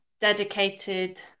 dedicated